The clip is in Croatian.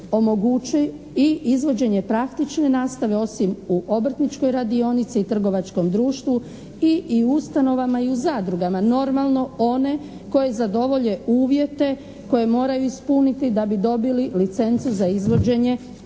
omogući i izvođenje praktične nastave osim u Obrtničkoj radionici i trgovačkom društvu i ustanovama i u zadrugama. Normalno one koje zadovolje uvjete koje moraju ispuniti da bi dobili licencu za izvođenje